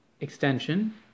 extension